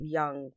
young